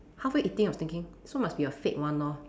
halfway eating I was thinking so must be a fake one lor